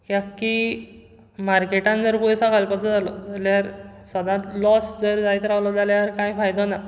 ह्याकी मार्केटान जर पैसो घालपाचो जाल्यार सदांच लॉस जर जायत रावलो जाल्यार कांय फायदो ना